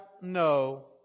no